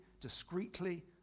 discreetly